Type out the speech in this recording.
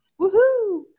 Woohoo